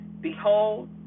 Behold